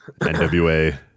NWA